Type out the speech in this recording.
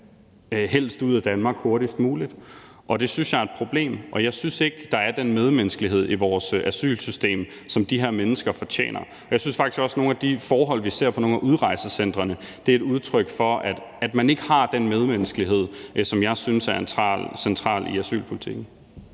helst skal ud af Danmark hurtigst muligt. Det synes jeg er et problem, og jeg synes ikke, at der er den medmenneskelighed i vores asylsystem, som de her mennesker fortjener. Og jeg synes faktisk, at de forhold, som vi ser på nogle af udrejsecentrene, er et udtryk for, at man ikke har den medmenneskelighed, som jeg synes er central i asylpolitikken.